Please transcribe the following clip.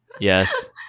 Yes